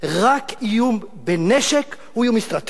רק איום בנשק הוא איום אסטרטגי?